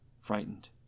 frightened